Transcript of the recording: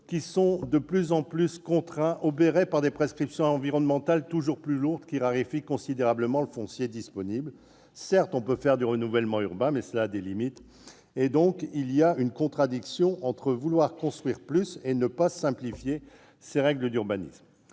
des SCOT, de plus en plus enserrés, obérés par des prescriptions environnementales toujours plus lourdes qui raréfient considérablement le foncier disponible. Certes, on peut faire du renouvellement urbain, mais cela a des limites. Il y a donc une contradiction entre vouloir construire plus et ne pas simplifier ces règles d'urbanisme.